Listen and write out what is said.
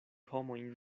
homojn